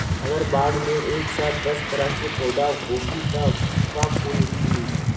अगर बाग मे एक साथ दस तरह के पौधा होखि त का फुल खिली?